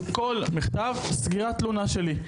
כל מכתב סגירת תלונה שלי,